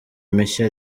mishya